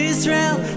Israel